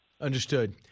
Understood